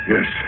Yes